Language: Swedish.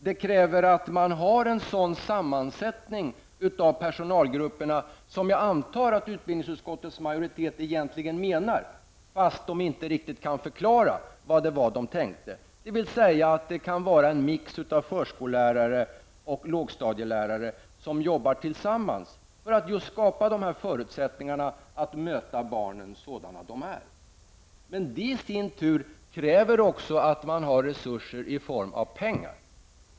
Det kräver att personalgrupperna har en sådan sammansättning som jag antar att utbildningsutskottets majoritet egentligen menar, fast dess företrädare inte riktigt kan förklara vad de har tänkt. Det kan alltså vara en mix av förskollärare och lågstadielärare som arbetar tillsammans för att skapa förutsättningar att möta barnen sådana de är. Men det kräver i sin tur att man har resurser i form av pengar.